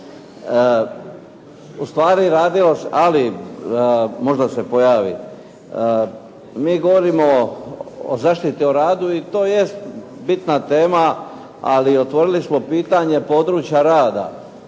U stvari radilo se, ali možda se pojavi. Mi govorimo o zaštiti o radu i to jest bitna tema. Ali otvorili smo pitanje područja rada.